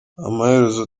amaherezo